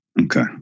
Okay